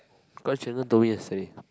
cause she even told me yesterday